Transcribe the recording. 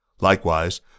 Likewise